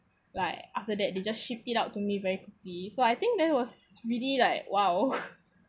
like after that they just shipped it out to me very quickly so I think that was really like !wow!